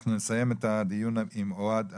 נסיים את הדיון עם אוהד אבניאל,